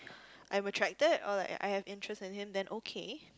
I'm attracted or like I have interest in him then okay